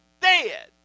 dead